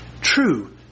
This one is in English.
true